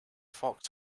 fox